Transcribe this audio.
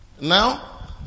now